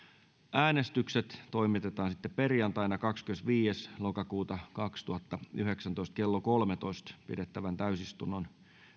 äänestykset toimitetaan perjantaina kahdeskymmenesviides kymmenettä kaksituhattayhdeksäntoista kello kolmentoista pidettävän täysistunnon